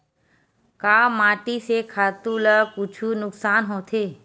का माटी से खातु ला कुछु नुकसान होथे?